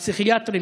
הפסיכיאטרים,